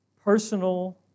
Personal